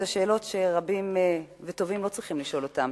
אלה שאלות שרבים וטובים לא צריכים לשאול אותן,